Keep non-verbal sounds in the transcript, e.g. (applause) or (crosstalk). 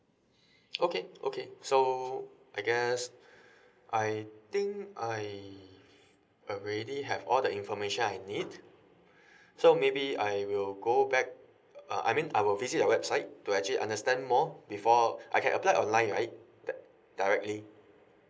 (breath) okay okay so I guess (breath) I think I already have all the information I need (breath) so maybe I will go back uh I mean I will visit your website to actually understand more before (breath) I can apply online right di~ directly